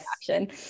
action